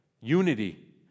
Unity